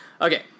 Okay